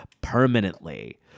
permanently